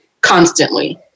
Constantly